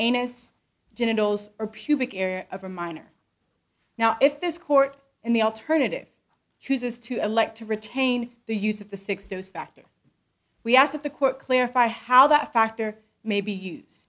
anus genitals or pubic area of a minor now if this court in the alternative chooses to elect to retain the use of the six those factors we asked at the court clarify how that factor may be use